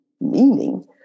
meaning